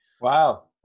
Wow